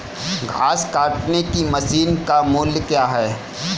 घास काटने की मशीन का मूल्य क्या है?